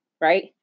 right